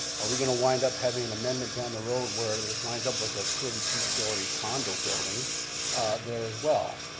are we going to wind up having an amendment down the road where it winds up with a thirty two story condo building there as well?